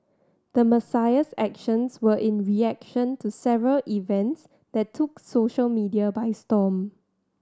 the Messiah's actions were in reaction to several events that took social media by storm